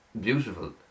beautiful